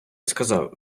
сказав